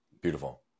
Beautiful